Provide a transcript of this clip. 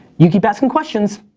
you keep asking questions,